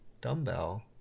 dumbbell